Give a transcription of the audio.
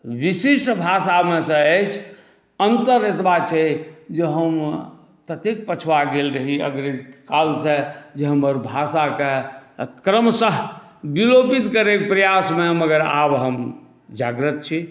विशिष्ट भाषामेसँ अछि अन्तर एतबा छै जे हम ततेक पछुआ गेल रही अग्र कालसँ जे हमर भाषाकेँ क्रमशः विलोपित करयके प्रयासमे मगर आब हम जागृत छी